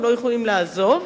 הם לא יכולים לעזוב.